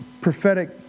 prophetic